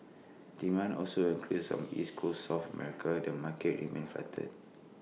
demand also increased from East Coast south America the market remained flatter